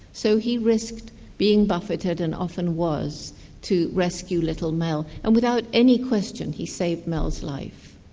so he risked being buffeted and often was to rescue little mel, and without any question he saved mel's life.